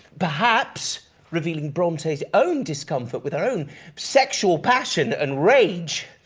perhaps, revealing bronte's own discomfort with her own sexual passion and rage.